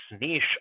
niche